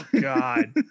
God